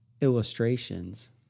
illustrations